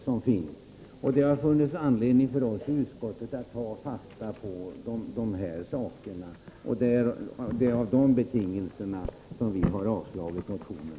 Vi har i utskottet funnit anledning att ta fasta på vad som här anförts, och det är på den grunden som vi har avstyrkt motionen.